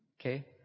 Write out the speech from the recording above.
Okay